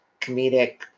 comedic